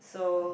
so